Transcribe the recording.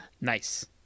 Nice